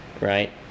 right